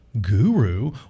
guru